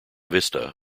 vista